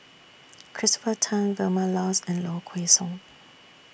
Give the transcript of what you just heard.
Christopher Tan Vilma Laus and Low Kway Song